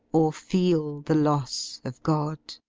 or feel the loss of god.